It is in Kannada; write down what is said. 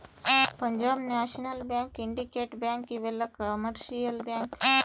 Punjab National Bank Syndicate Bank ಇವೆಲ್ಲ ಕಮರ್ಶಿಯಲ್ ಬ್ಯಾಂಕ್